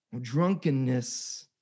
Drunkenness